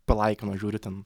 palaikino žiūri ten